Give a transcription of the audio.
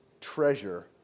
treasure